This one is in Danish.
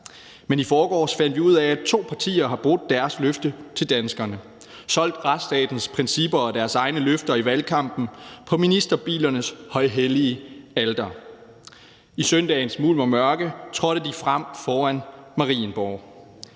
Men i forgårs fandt vi ud af, at to partier har brudt deres løfte til danskerne, solgt retsstatens principper og deres egne løfter i valgkampen på ministerbilernes højhellige alter. I søndagens mulm og mørke trådte de frem foran Marienborg.